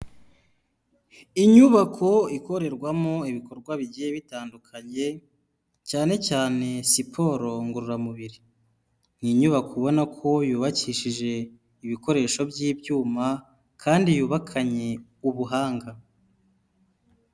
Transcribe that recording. Inyubako ikorerwamo ibikorwa bigiye bitandukanye cyane cyane siporo ngororamubiri. Ni inyubako ubona ko yubakishije ibikoresho by'ibyuma kandi yubakanye ubuhanga.